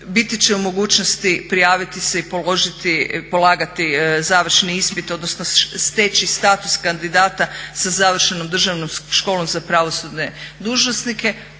biti će u mogućnosti prijaviti se i polagati završne ispite odnosno steći status kandidata sa završenom Državnom školom za pravosudne dužnosnike,